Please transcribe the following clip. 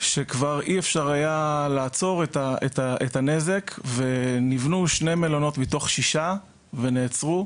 שכבר אי-אפשר היה לעצור את הנזק ונבנו שני מלונות מתוך שישה ונעצרו.